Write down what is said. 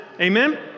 Amen